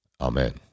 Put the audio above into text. Amen